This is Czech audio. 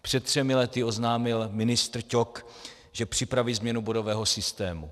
Před třemi lety oznámil ministr Ťok, že připraví změnu bodového systému.